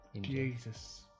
Jesus